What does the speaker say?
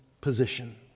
position